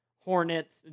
Hornets